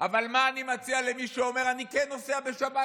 אבל מה אני מציע למי שאומר: אני כן נוסע בשבת,